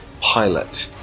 pilot